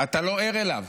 אתה לא ער אליו.